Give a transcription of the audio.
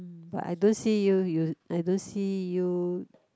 mm but I don't see you you I don't see you